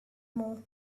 more